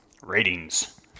Ratings